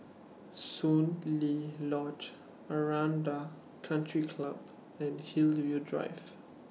Soon Lee Lodge Aranda Country Club and Hillview Drive